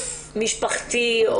עורף משפחתי.